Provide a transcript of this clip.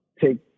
take